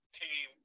team